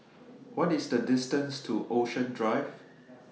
What IS The distance to Ocean Drive